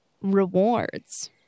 rewards